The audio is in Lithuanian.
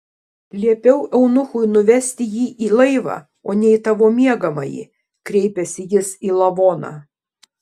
liepiau eunuchui nuvesti jį į laivą o ne į tavo miegamąjį kreipėsi jis į lavoną